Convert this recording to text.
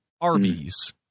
Arby's